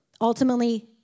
Ultimately